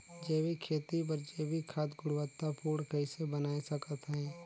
जैविक खेती बर जैविक खाद गुणवत्ता पूर्ण कइसे बनाय सकत हैं?